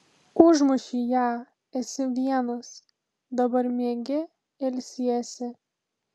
užmušei ją esi vienas dabar miegi ilsiesi